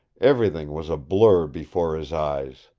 everything was a blur before his eyes.